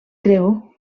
creu